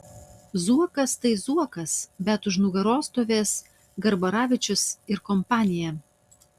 zuokas tai zuokas bet už nugaros stovės garbaravičius ir kompanija